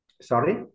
Sorry